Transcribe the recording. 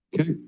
Okay